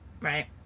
right